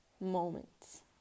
moments